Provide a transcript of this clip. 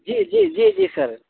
جی جی جی جی سر